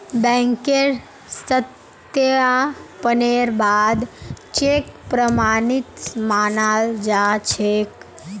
बैंकेर सत्यापनेर बा द चेक प्रमाणित मानाल जा छेक